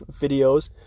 videos